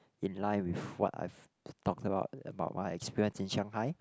in line with what I've talked about about my experience in Shanghai